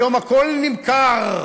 היום הכול נמכר.